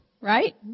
right